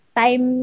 time